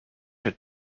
had